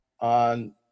on